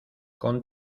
con